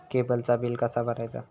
केबलचा बिल कसा भरायचा?